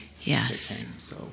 Yes